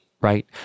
right